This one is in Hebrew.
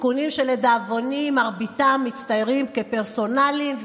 שלדאבוני מרביתם מצטיירים כפרסונליים.